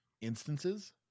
instances